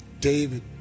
David